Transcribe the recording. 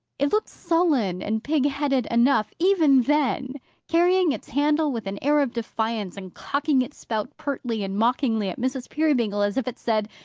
it looked sullen and pig-headed enough, even then carrying its handle with an air of defiance, and cocking its spout pertly and mockingly at mrs. peerybingle, as if it said,